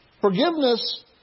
Forgiveness